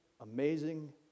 amazing